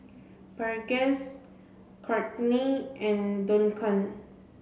Burgess Courtney and Duncan